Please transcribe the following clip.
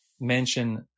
mention